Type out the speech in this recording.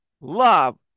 love